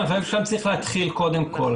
שם צריך להתחיל קודם כל.